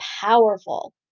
powerful